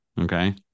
Okay